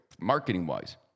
marketing-wise